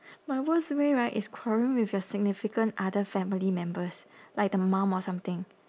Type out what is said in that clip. my worst way right is quarrelling with your significant other family members like the mum or something